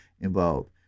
involved